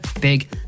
big